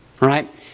right